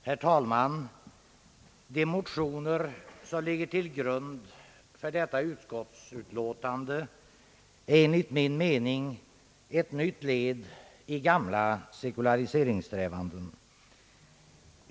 Herr talman! De motioner som ligger till grund för detta utskottsutlåtande är enligt min mening ett nytt led i gamla sekulariseringssträvanden.